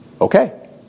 Okay